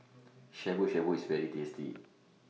Shabu Shabu IS very tasty